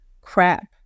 crap